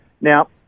Now